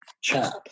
chap